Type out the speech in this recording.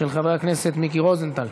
של חבר הכנסת מיקי רוזנטל,